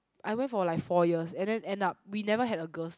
I went for like four years and then end up we never had a girls